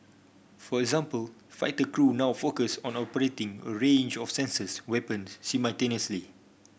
for example fighter crew now focus on operating a range of sensors weapons simultaneously